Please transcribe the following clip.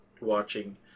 watching